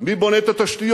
מי בונה את התשתיות?